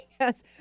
Yes